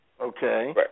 Okay